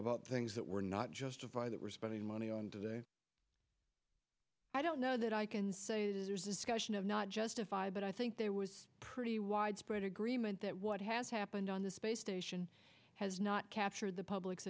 about things that were not justify that we're spending money on today i don't know that i can say is not justified but i think there was a pretty widespread agreement that what has happened on the space station has not captured the public